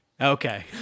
Okay